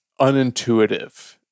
unintuitive